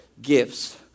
Gifts